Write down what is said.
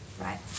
Right